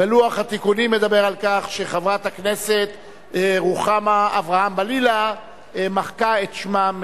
ולוח התיקונים מדבר על כך שחברת הכנסת רוחמה אברהם-בלילא מחקה את שמה,